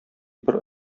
бер